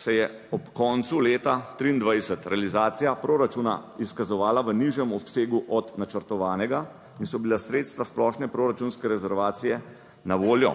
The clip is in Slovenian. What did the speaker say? se je ob koncu leta 2023 realizacija proračuna izkazovala v nižjem obsegu od načrtovanega in so bila sredstva splošne proračunske rezervacije na voljo.